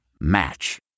Match